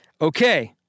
Okay